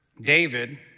David